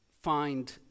find